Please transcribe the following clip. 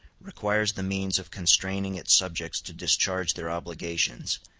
requires the means of constraining its subjects to discharge their obligations,